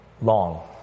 long